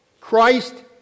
Christ